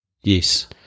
Yes